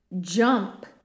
jump